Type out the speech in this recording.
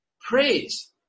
praise